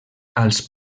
als